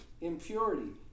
impurity